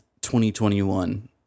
2021